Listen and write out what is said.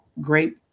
great